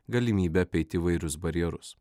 galimybę apeiti įvairius barjerus